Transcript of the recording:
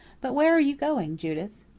but where are you going, judith?